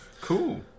Cool